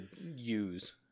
use